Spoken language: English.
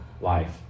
life